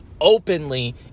openly